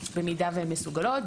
במידה והן מסוגלות,